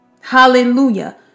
hallelujah